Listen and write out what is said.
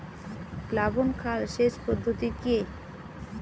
প্লাবন খাল সেচ পদ্ধতি কি?